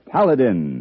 Paladin